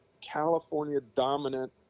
California-dominant